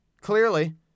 clearly